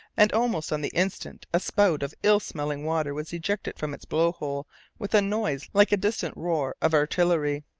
and almost on the instant a spout of ill-smelling water was ejected from its blow-hole with a noise like a distant roar of artillery.